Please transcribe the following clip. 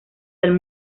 del